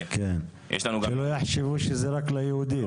שלא יחשבו שזה רק ליהודים.